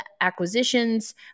acquisitions